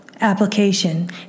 Application